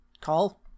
Call